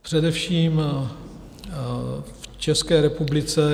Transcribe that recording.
Především v České republice...